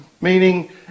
meaning